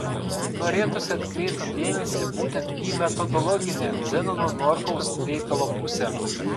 norėtųsi atkreipti dėmesį būtent į metodologinę zenono norkaus veikalo pusę